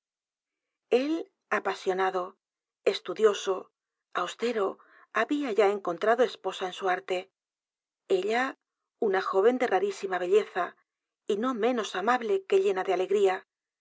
el apasionado estudioso austero había ya encontrado esposa en su arte ella una joven de rarísima belleza y no menos amable que llena de alegría